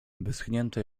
wyschnięte